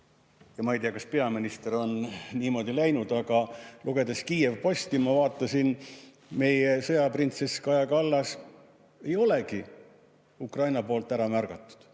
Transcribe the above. Ma ei tea, kas peaminister on nii kaugele läinud, aga lugedes KyivPosti, ma vaatasin, et meie sõjaprintsess Kaja Kallas ei olegi Ukraina poolt ära märgatud.